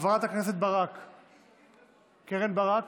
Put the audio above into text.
חברת הכנסת קרן ברק,